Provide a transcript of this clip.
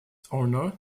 honor